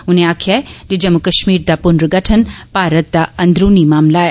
उनें आखेआ ऐ जे जम्मू कश्मीर दा पुर्नगठन भारत दा अंदरूनी मामला ऐ